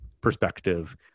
perspective